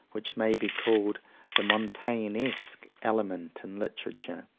which may be called the montaignesque element in literature.